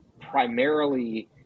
primarily